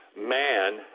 Man